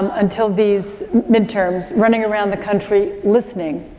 until these midterms running around the country listening,